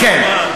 כאמור,